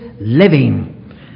living